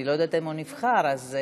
אני לא יודעת אם הוא נבחר, אז,